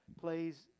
plays